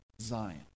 Zion